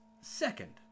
Second